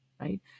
Right